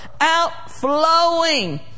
outflowing